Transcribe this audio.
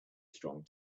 strong